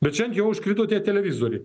bet čia ant jo užkrito tie televizoriai